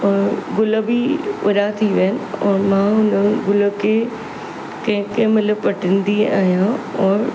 अ गुल बि वॾा थी विया आहिनि और मां हुन गुल खे कंहिं कंहिं महिल पटंदी आहियां और